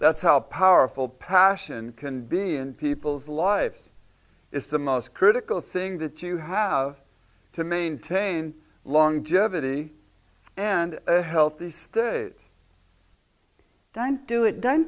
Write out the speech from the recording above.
that's how powerful passion can be in people's lives it's the most critical thing that you have to maintain long jeopardy and healthy it doesn't